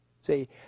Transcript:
See